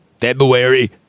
February